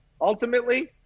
Ultimately